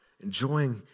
enjoying